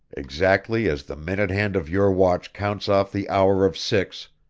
exactly as the minute hand of your watch counts off the hour of six,